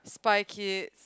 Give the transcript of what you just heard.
Spy Kids